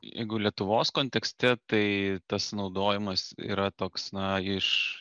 jeigu lietuvos kontekste tai tas naudojimas yra toks na iš